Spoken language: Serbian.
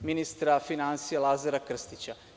ministra finansija Lazara Krstića.